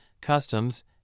customs